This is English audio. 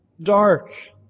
dark